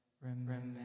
Remember